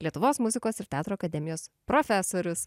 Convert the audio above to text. lietuvos muzikos ir teatro akademijos profesorius